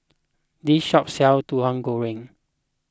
this shop sells Tauhu Goreng